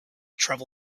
travel